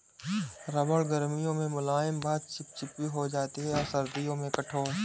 रबड़ गर्मियों में मुलायम व चिपचिपी हो जाती है और सर्दियों में कठोर